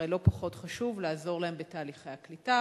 הרי לא פחות חשוב לעזור להם בתהליכי הקליטה,